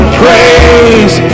praise